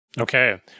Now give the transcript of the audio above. Okay